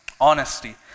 honesty